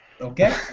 Okay